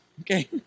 okay